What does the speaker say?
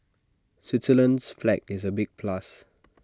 Switzerland's flag is A big plus